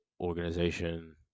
organization